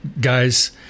guys